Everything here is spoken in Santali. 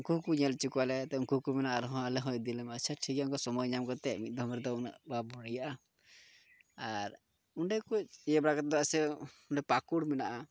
ᱩᱱᱠᱩ ᱦᱚᱸᱠᱚ ᱧᱮᱞ ᱦᱚᱪᱚ ᱠᱚᱣᱟᱞᱮ ᱩᱱᱠᱩ ᱦᱚᱸ ᱠᱚ ᱢᱮᱱᱟ ᱟᱞᱮ ᱦᱚᱸ ᱤᱫᱤ ᱞᱮᱢ ᱟᱪᱪᱷᱟ ᱴᱷᱤᱠ ᱜᱮᱭᱟ ᱥᱚᱢᱚᱭ ᱧᱟᱢ ᱠᱟᱛᱮᱫ ᱢᱤᱫ ᱫᱷᱟᱣ ᱨᱮᱫᱚ ᱩᱱᱟᱹᱜ ᱵᱟᱵᱚᱱ ᱤᱭᱟᱹᱜᱼᱟ ᱟᱨ ᱚᱸᱰᱮ ᱠᱷᱚᱡ ᱤᱭᱟᱹ ᱵᱟᱲᱟ ᱠᱟᱛᱮᱫ ᱪᱮᱫᱟᱜ ᱥᱮ ᱯᱟᱹᱠᱩᱲ ᱢᱮᱱᱟᱜᱼᱟ